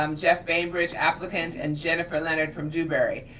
um jeff bainbridge, applicant, and jennifer leonard from dewberry.